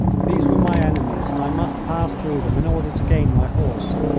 these were my enemies, and i must pass through them in order to gain my horse.